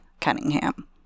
Cunningham